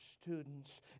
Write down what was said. students